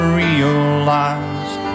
realized